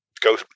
go